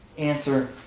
Answer